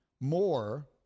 more